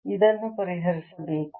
ಇದನ್ನು ಪರಿಶೀಲಿಸಬೇಕು